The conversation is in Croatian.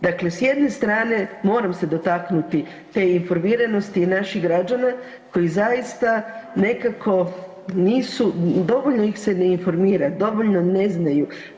Dakle, s jedne strane moram se dotaknuti te informiranosti naših građana koji zaista nekako nisu, dovoljno ih se ne informira, dovoljno ne znaju.